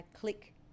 click